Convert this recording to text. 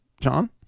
John